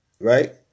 right